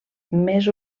més